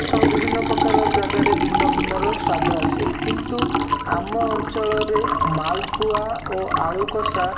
ବିଭିନ୍ନ ପ୍ରକାର ଜାଗାରେ ଭିନ୍ନ ଭିନ୍ନର ସ୍ୱାଦ ଆସେ କିନ୍ତୁ ଆମ ଅଞ୍ଚଳରେ ମାଲପୁଆ ଓ ଆଳୁ କଷା